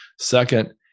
Second